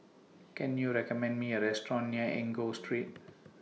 Can YOU recommend Me A Restaurant near Enggor Street